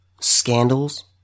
scandals